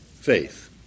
Faith